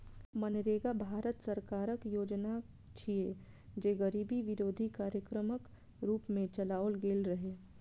मनरेगा भारत सरकारक योजना छियै, जे गरीबी विरोधी कार्यक्रमक रूप मे चलाओल गेल रहै